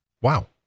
Wow